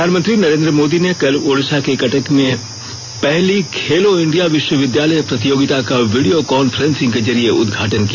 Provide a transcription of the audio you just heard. प्रधानमंत्री नरेन्द्र मोदी ने कल ओडिशा के कटक में पहली खेलो इंडिया विश्वविद्यलय प्रतियोगिताओं का वीडियो कांफ्रेंसिंग के जरिए उद्घाटन किया